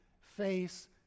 face